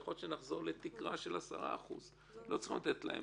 יכול להיות שנחזור לתקרה של 10%. לא צריך לתת להם,